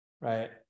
right